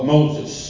Moses